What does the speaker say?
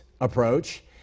approach